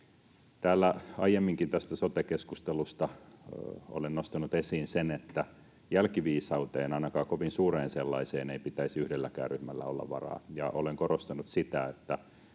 Täällä aiemminkin tästä sote-keskustelusta olen nostanut esiin sen, että jälkiviisauteen, ainakaan kovin suureen sellaiseen, ei pitäisi yhdelläkään ryhmällä olla varaa. Olen korostanut sitä, että